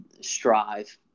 strive